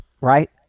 right